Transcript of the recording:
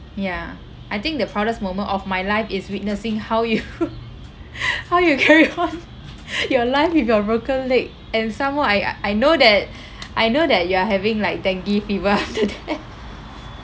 ya I think the proudest moment of my life is witnessing how you how you carry on your life with your broken leg and some more I I know that I know that you are having like dengue fever after that